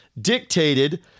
dictated